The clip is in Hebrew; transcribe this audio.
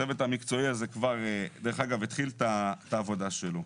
הצוות המקצועי הזה כבר התחיל את העבודה שלו.